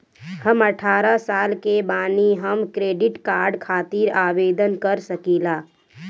हम अठारह साल के बानी हम क्रेडिट कार्ड खातिर आवेदन कर सकीला?